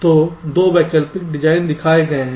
तो 2 वैकल्पिक डिजाइन दिखाए गए हैं